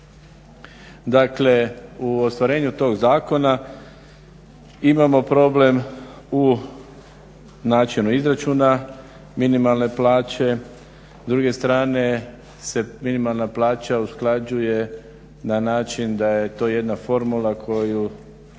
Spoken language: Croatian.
Dakle, u ostvarenju tog zakona imamo problem u načinu izračuna minimalne plaće. S druge strane se minimalna plaća usklađuje na način da je to jedna formula koju